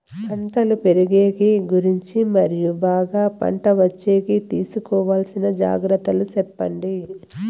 పంటలు పెరిగేకి గురించి మరియు బాగా పంట వచ్చేకి తీసుకోవాల్సిన జాగ్రత్త లు సెప్పండి?